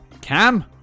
Cam